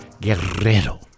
Guerrero